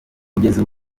kugeza